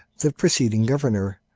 the preceding governor,